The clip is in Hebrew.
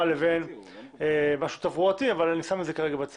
לבין משהו תברואתי אבל כרגע אני שם את זה בצד,